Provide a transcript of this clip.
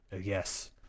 Yes